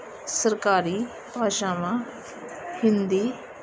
ਸਰਕਾਰੀ ਭਾਸ਼ਾਵਾਂ ਹਿੰਦੀ